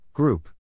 Group